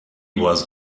was